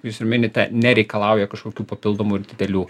jūs ir minite nereikalauja kažkokių papildomų ir didelių